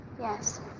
Yes